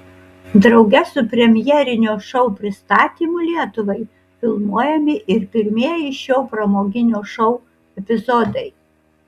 drauge su premjerinio šou pristatymu lietuvai filmuojami ir pirmieji šio pramoginio šou epizodai